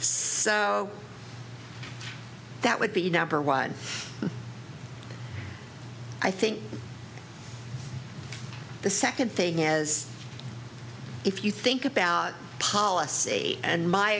are that would be number one i think the second thing is if you think about policy and my